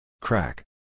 Crack